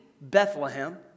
Bethlehem